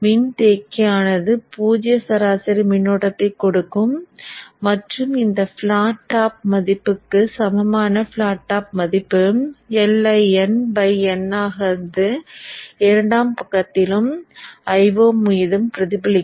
மின்தேக்கியானது பூஜ்ஜிய சராசரி மின்னோட்டத்தை கொடுக்கும் மற்றும் இந்த பிளாட் டாப் மதிப்புக்கு சமமான பிளாட் டாப் மதிப்பு Iin n ஆனது இரண்டாம் பக்கத்திலும் Io மீதும் பிரதிபலிக்கும்